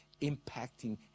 impacting